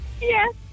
Yes